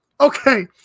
Okay